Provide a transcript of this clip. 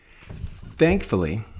Thankfully